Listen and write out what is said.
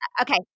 Okay